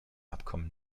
abkommen